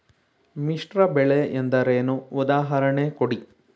ಮಿಶ್ರ ಬೆಳೆ ಎಂದರೇನು, ಉದಾಹರಣೆ ಕೊಡಿ?